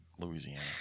Louisiana